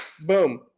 boom